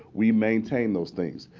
we maintain those things.